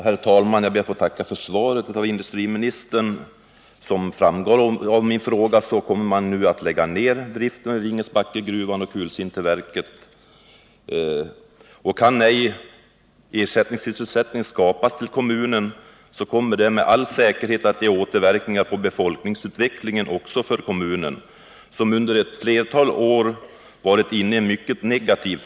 Herr talman! Jag tackar industriministern för svaret. Såsom framgår av min fråga kommer man nu att lägga ner driften vid Vingesbackegruvan och kulsinterverket. Kan ersättningssysslsättning ej skapas inom kommunen, kommer det med all säkerhet att ge återverkningar på kommunens befolkningsutveckling, som under ett flertal år varit mycket negativ.